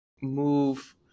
move